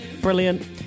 brilliant